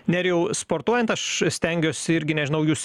nerijau sportuojant aš stengiuosi irgi nežinau jūs